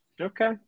Okay